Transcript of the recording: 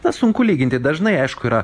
na sunku lyginti dažnai aišku yra